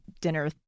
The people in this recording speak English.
dinner